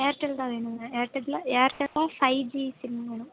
Airtel தான் வேணுங்க ஏர்டெல்ல ஏர்டெல்ல ஃபை ஜி சிம் வேணும்